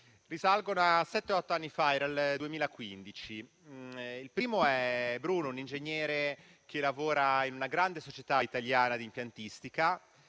Risalgono a sette-otto anni fa: era nel 2015. Il primo è Bruno, un ingegnere che lavora in una grande società italiana di impiantistica.